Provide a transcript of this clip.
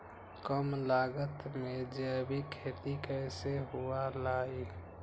कम लागत में जैविक खेती कैसे हुआ लाई?